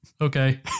Okay